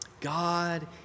God